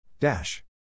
Dash